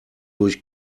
durch